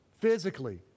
Physically